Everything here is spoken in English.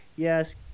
Yes